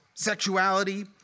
Sexuality